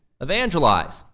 evangelize